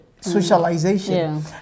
socialization